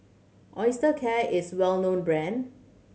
Osteocare is well known brand